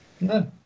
No